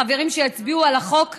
החברים שיצביעו על החוק היום,